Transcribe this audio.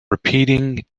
repeating